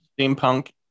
steampunk